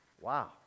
Wow